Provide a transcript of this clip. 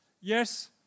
yes